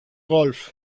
golf